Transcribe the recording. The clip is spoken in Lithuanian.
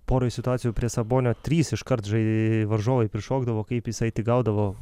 poroj situacijų prie sabonio trys iškart žai varžovai prišokdavo kaip jisai tik gaudavo